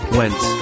went